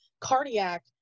cardiac